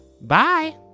Bye